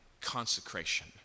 consecration